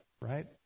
right